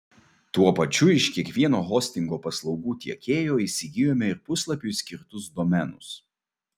tuo pačiu iš kiekvieno hostingo paslaugų tiekėjo įsigijome ir puslapiui skirtus domenus